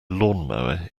lawnmower